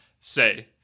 say